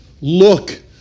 look